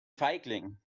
feigling